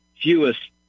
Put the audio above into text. fewest